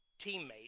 teammate